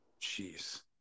Jeez